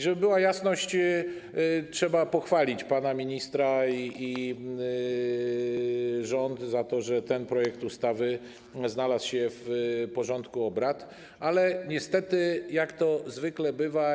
Żeby była jasność, trzeba pochwalić pana ministra i rząd za to, że ten projekt ustawy znalazł się w porządku obrad, ale niestety, jak to zwykle bywa.